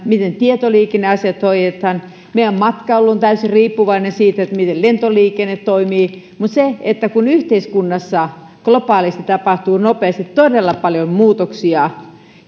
miten tietoliikenneasiat hoidetaan meidän matkailu on täysin riippuvainen siitä miten lentoliikenne toimii kun yhteiskunnassa ja globaalisti tapahtuu nopeasti todella paljon muutoksia